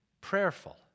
Prayerful